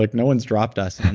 like no one's dropped us. and